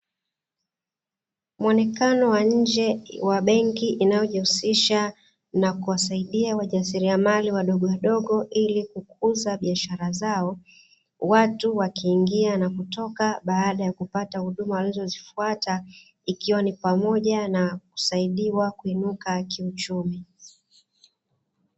Muonekano wa nje wa benki inayojihisisha na kuwasaidia wajasiriamali wadogowadogo ili kukuza biashara zao..Watu wakiingia na kutoka baada ya kupata huduma walizozifata, ikiwa ni pamoja na kusaidiwa kuinuka kiuchumi.